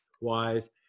wise